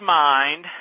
mind